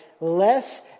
less